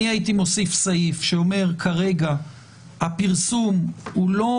הייתי מוסיף סעיף שאומר שכרגע הפרסום הוא לא